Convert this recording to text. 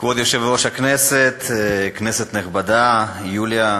יושב-ראש הכנסת, כנסת נכבדה, יוליה,